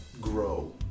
grow